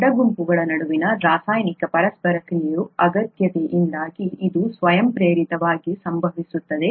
ಅಡ್ಡ ಗುಂಪುಗಳ ನಡುವಿನ ರಾಸಾಯನಿಕ ಪರಸ್ಪರ ಕ್ರಿಯೆಯ ಅಗತ್ಯತೆಯಿಂದಾಗಿ ಇದು ಸ್ವಯಂಪ್ರೇರಿತವಾಗಿ ಸಂಭವಿಸುತ್ತದೆ